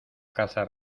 caza